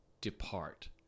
depart